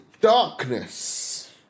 darkness